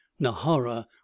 Nahara